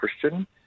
Christian